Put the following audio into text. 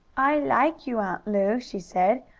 i like you, aunt lu, she said.